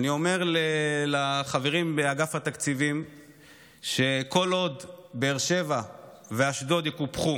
אני אומר לחברים באגף התקציבים שכל עוד באר שבע ואשדוד יקופחו